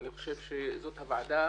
אני חושב שזאת הוועדה